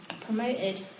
promoted